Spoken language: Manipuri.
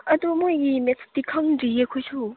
ꯑꯗꯨ ꯃꯣꯏꯒꯤ ꯃꯦꯠꯁꯇꯤ ꯈꯪꯗ꯭ꯔꯤꯌꯦ ꯑꯩꯈꯣꯏꯁꯨ